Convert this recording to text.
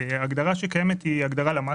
ההגדרה שקיימת היא הגדרה של הלמ"ס,